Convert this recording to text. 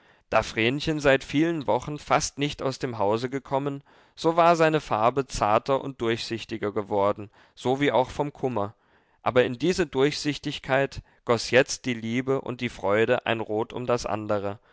da vrenchen seit vielen wochen fast nicht aus dem hause gekommen so war seine farbe zarter und durchsichtiger geworden so wie auch vom kummer aber in diese durchsichtigkeit goß jetzt die liebe und die freude ein rot um das andere